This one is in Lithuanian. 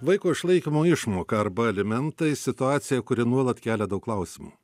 vaiko išlaikymo išmoka arba alimentai situacija kuri nuolat kelia daug klausimų